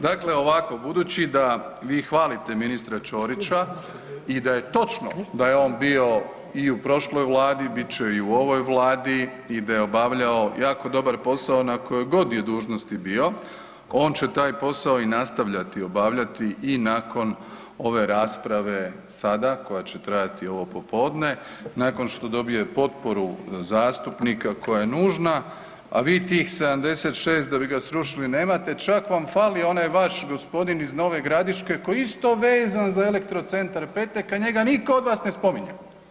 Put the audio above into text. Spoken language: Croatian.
Dakle ovako, budući da vi hvalite ministra Ćorića i da je točno da je on bio i u prošloj vladi, bit će i u ovoj vladi i daje obavljao jako dobar posao na kojoj god je dužnosti bio, on će taj posao i nastavljati obavljati i nakon ove rasprave sada koja će trajati ovo popodne nakon što dobije potporu zastupnika koja je nužna, a vi tih 76 da bi ga srušite nemate, čak vam fali onaj vaš gospodin iz Nove Gradiške koji je isto vezan za Elektrocentar Petek, a njega niko od vas ne spominje.